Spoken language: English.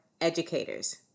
educators